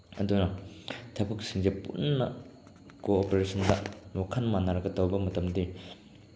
ꯑꯗꯨꯅ ꯊꯕꯛꯁꯤꯡꯁꯦ ꯄꯨꯟꯅ ꯀꯣꯑꯣꯄꯦꯔꯦꯁꯟꯗ ꯋꯥꯈꯜ ꯃꯥꯟꯅꯔꯒ ꯇꯧꯕ ꯃꯇꯝꯗꯗꯤ